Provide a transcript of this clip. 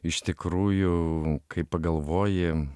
iš tikrųjų kai pagalvoji